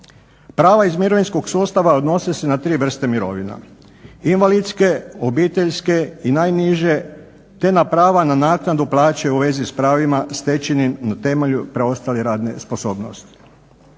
Prava iz mirovinskog sustava odnose se na tri vrste mirovina, invalidske, obiteljske i najniže te na prava na naknadu plaće u vezi s pravnima stečenim na temelju preostale radne sposobnosti.